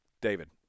David